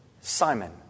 Simon